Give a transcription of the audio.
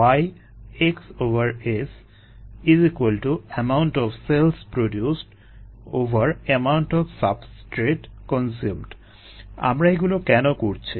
Yxsamount of cells producedamount of substrate consumed আমরা এগুলো কেন করছি